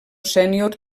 sènior